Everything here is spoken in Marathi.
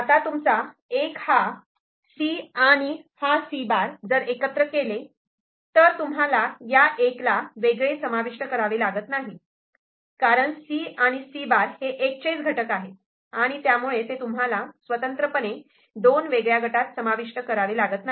आता तुमचा हा '1' हा 'C' आणि हा C' जर एकत्र केले तर तुम्हाला या '1' ला वेगळे समाविष्ट करावे लागत नाही कारण C आणि C' हे '1' चेच घटक आहेत आणि त्यामुळे ते तुम्हाला स्वतंत्रपणे दोन वेगळ्या गटात समाविष्ट करावे लागत नाही